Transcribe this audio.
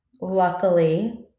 Luckily